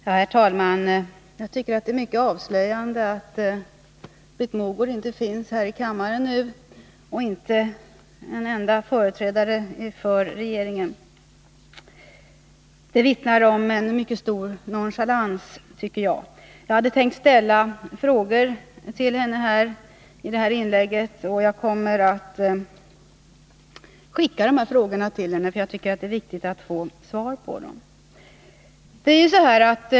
Herr talman! Jag tycker att det är mycket avslöjande att Britt Mogård inte finns här i kammaren nu och inte heller någon annan företrädare för regeringen. Det vittnar om mycket stor nonchalans. Jag hade tänkt ställa frågor till Britt Mogård, och jag kommer att skicka frågorna till henne eftersom jag tycker att det är viktigt att få svar på dem.